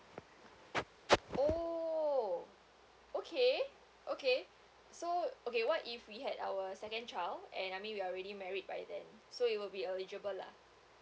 oh okay okay so okay what if we had our second child and I mean we're already married by then so it'll be eligible lah